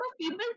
people